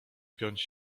piąć